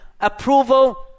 approval